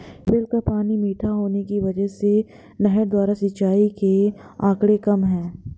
tubewell का पानी मीठा होने की वजह से नहर द्वारा सिंचाई के आंकड़े कम है